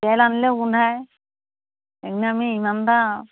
তেল আনিলেও গোন্ধায় এইকেইদিনা আমি ইমান এটা